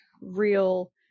real